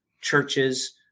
churches